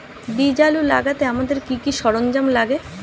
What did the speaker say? বীজ আলু লাগাতে আমাদের কি কি সরঞ্জাম লাগে?